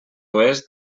oest